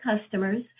customers